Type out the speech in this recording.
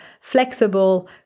flexible